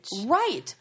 Right